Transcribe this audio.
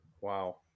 Wow